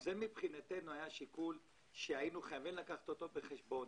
זה היה שיקול שהיינו חייבים לקחת אותו בחשבון.